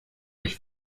euch